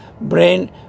brain